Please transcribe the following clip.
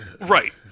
Right